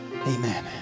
amen